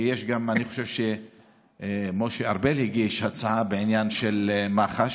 ואני חושב שמשה ארבל הגיש הצעה בעניין של מח"ש.